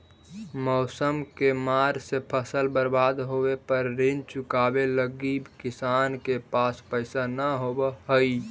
मौसम के मार से फसल बर्बाद होवे पर ऋण चुकावे लगी किसान के पास पइसा न होवऽ हइ